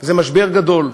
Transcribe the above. זה משבר גדול.